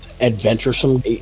adventuresome